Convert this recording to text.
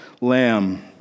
lamb